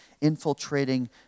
infiltrating